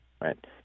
Right